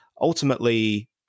ultimately